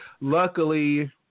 Luckily